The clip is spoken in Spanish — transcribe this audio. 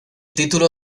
título